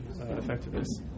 effectiveness